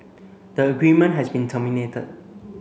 the agreement has been terminated